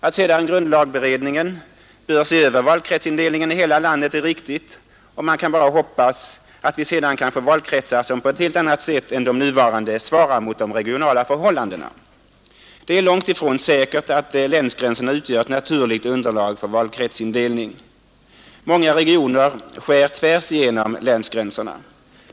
Att sedan grundlagberedningen bör se över valkretsindelningen i hela landet är riktigt, och man kan bara hoppas att vi sedan kan få valkretsar som på ett helt annat sätt än de nuvarande svarar mot de regionala förhållandena. Det är långtifrån säkert att länsgränserna utgör ett naturligt underlag för valkretsindelning. Många regioner skär tvärs igenom länsgränserna.